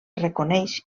reconeix